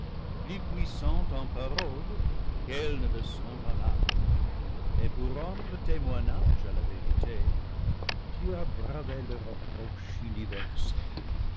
plus puissant en pa roles qu'elles ne le sont en armes et pour rendre témoignage à la vérité tu as bravé le reproche universel